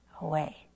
away